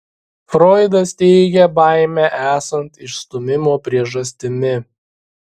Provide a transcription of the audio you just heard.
froidas teigia baimę esant išstūmimo priežastimi